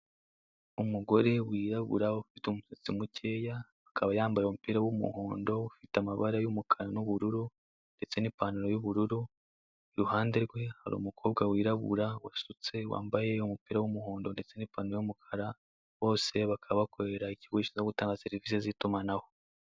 Umugore wirabura ufite umusatsi mukeya, akaba yambaye umupira w'umuhondo ufite amabara y'umukara n'ubururu ndetse n'ipantaro y'ubururu, iruhande rwe hari umukobwa wirabura wasutse wambaye umupira w'umuhondo ndetse n'ipantaro y'umukara, bose bakaba bakorera ikigo gishinzwe gutanga serivisi z'itumanaho.